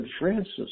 Francis